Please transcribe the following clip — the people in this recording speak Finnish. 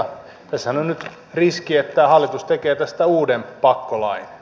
tässähän on nyt riski että hallitus tekee tästä uuden pakkolain